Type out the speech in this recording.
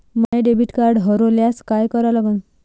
माय debit card हरोल्यास काय करा लागन?